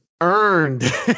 earned